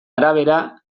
arabera